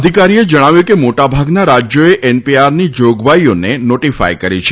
અધિકારીએ જણાવ્યું હતું કે મોટાભાગના રાજ્યોએ એનપીઆરની જોગવાઇઓને નોટીફાય કરી છે